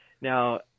Now